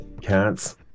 cats